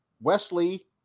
Wesley